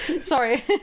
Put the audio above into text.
Sorry